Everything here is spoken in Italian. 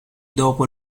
dopo